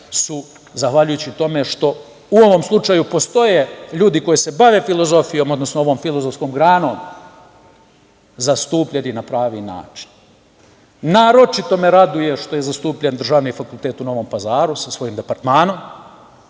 su zahvaljujući tome što u ovom slučaju postoje ljudi koji se bave filozofijom, odnosno ovom filozofskom granom zastupljeni na pravi način. Naročito me raduje što je zastupljen državni fakultet u Novom Pazaru sa svojim departmanom